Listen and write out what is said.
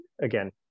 again